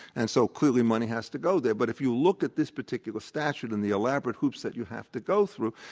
and so clearly money has to go there, but if you look at this particular statute and the elaborate hoops that you have to go through,